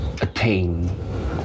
attain